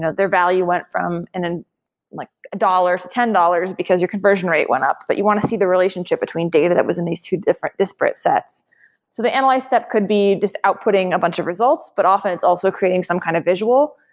their value went from and and like a one dollars to ten dollars, because your conversion rate went up. but you want to see the relationship between data that was in these two different disparate sets so the analyze step could be just outputting a bunch of results, but often it's also creating some kind of visual.